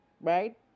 right